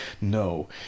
No